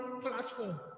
platform